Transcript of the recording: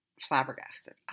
flabbergasted